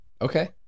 Okay